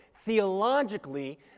Theologically